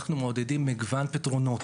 אנו מעודדים מגוון פתרונות.